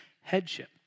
headship